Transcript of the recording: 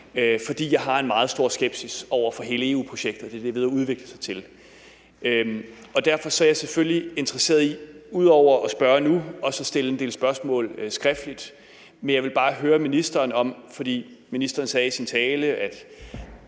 fordi jeg har en meget stor skepsis over for hele EU-projektet og for det, det er ved at udvikle sig til. Derfor er jeg, ud over at spørge nu, selvfølgelig også interesseret i at stille en del spørgsmål skriftligt. Men jeg vil bare høre ministeren om noget, for ministeren sagde i sin tale, at